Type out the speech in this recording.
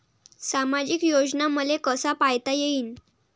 सामाजिक योजना मले कसा पायता येईन?